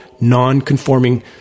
non-conforming